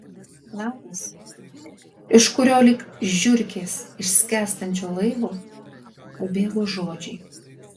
lapas iš kurio lyg žiurkės iš skęstančio laivo pabėgo žodžiai